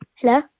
Hello